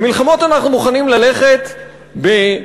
למלחמות אנחנו מוכנים ללכת בהתלהבות,